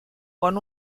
con